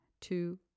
two